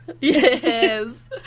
yes